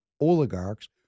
oligarchs